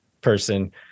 person